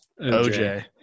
OJ